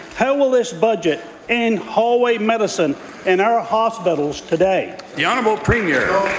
how will this budget end hallway medicine in our ah hospitals today? the and but premier